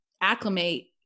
acclimate